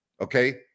okay